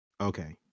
Okay